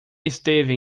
esteve